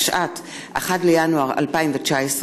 1 בינואר 2019,